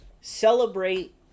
celebrate